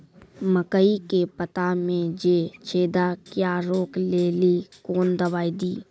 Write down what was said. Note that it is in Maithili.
मकई के पता मे जे छेदा क्या रोक ले ली कौन दवाई दी?